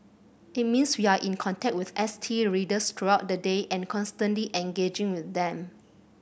it means we are in contact with S T readers throughout the day and constantly engaging with them